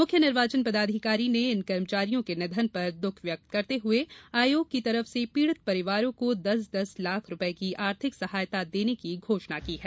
मुख्य निर्वाचन पदाधिकारी इन कर्मचारियों के निधन पर दुःख व्यक्त करते हुए आयोग की तरफ से पीड़ित परिवारों को दस दस लाख रुपये की आर्थिक सहायता देने की घोषणा की है